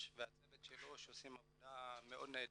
והצוות שלו שעושים עבודה מאוד נהדרת,